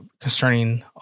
concerning